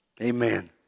Amen